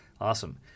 Awesome